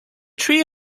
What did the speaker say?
tree